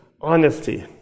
honesty